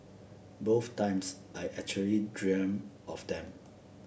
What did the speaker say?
both times I actually dreamed of them